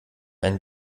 ein